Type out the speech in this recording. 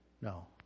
No